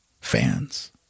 fans